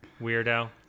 weirdo